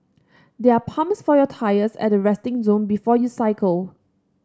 there are pumps for your tyres at the resting zone before you cycle